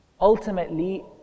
Ultimately